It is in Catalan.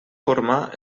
formar